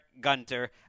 Gunter